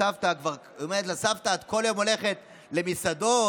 היא אומרת לסבתא: את כל יום הולכת למסעדות,